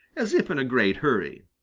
as if in a great hurry.